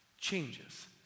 changes